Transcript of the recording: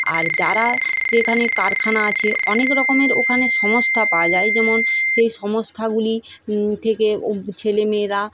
আর যারা যেখানে কারখানা আছে অনেক রকমের ওখানে সংস্থা পাওয়া যায় যেমন যেই সংস্থাগুলি থেকে ও ছেলে মেয়েরা